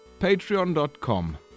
patreon.com